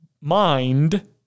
mind